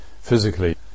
physically